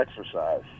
exercise